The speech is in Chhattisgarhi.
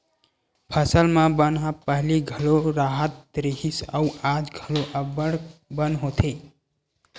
फसल म बन ह पहिली घलो राहत रिहिस अउ आज घलो अब्बड़ बन होथे